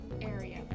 area